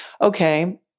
Okay